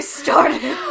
started